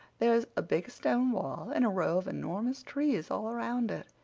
there's a big stone wall and a row of enormous trees all around it,